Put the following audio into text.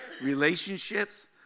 relationships